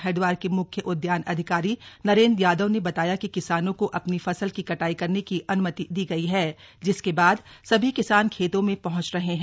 हरिद्वार के मुख्य उद्यान अधिकारी नरेंद्र यादव ने बताया कि किसानों को अपनी फसल की कटाई करने की अनुमति दी गई है जिसके बाद सभी किसान खेतो में पहुंच रहे हैं